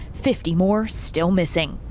fifty more still missing.